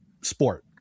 sport